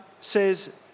says